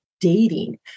dating